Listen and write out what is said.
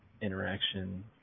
interaction